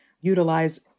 utilize